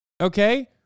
Okay